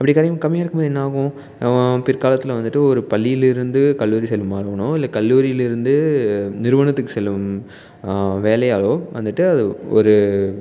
அப்படி கம் கம்மியாக இருக்கும் போது என்ன ஆகும் பிற்காலத்தில் வந்துட்டு ஒரு பள்ளியில் இருந்து கல்லூரி செல்லும் மாணவனோ இல்லை கல்லூரியில் இருந்து நிறுவனத்துக்கும் செல்லும் வேலையாளோ வந்துட்டு அது ஒரு